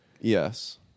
Yes